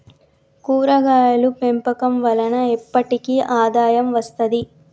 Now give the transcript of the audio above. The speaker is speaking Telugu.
కూరగాయలు పెంపకం వలన ఎప్పటికి ఆదాయం వస్తది